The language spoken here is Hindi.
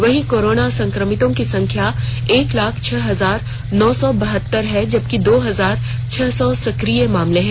वहीं कोरोना संक्रमितों की संख्या एक लाख छह हजार नौ सौ बहत्तर है जबकि दो हजार छह सौ सकिय मामले हैं